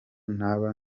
naba